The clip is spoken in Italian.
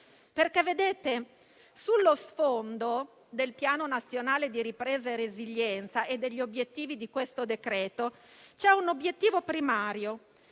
la salute. Sullo sfondo del Piano nazionale di ripresa e resilienza e degli obiettivi di questo decreto-legge, c'è un obiettivo primario,